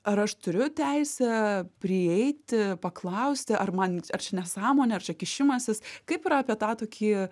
ar aš turiu teisę prieiti paklausti ar man ar čia nesąmonė ar čia kišimasis kaip yra apie tą tokį